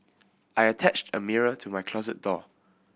I attached a mirror to my closet door